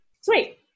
Sweet